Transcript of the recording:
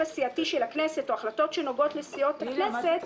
הסיעתי של הכנסת או החלטות שנוגעות לסיעות הכנסת,